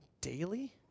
daily